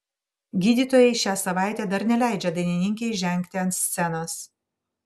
gydytojai šią savaitę dar neleidžia dainininkei žengti ant scenos